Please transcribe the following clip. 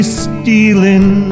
stealing